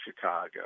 Chicago